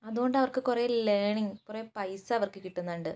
അതുകൊണ്ട് അവർക്ക് കുറേ ലേണിംഗ് കുറേ പൈസ അവർക്ക് കിട്ടുന്നുണ്ട്